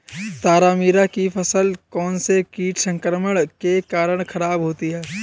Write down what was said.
तारामीरा की फसल कौनसे कीट संक्रमण के कारण खराब होती है?